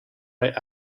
right